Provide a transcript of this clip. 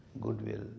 goodwill